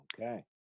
Okay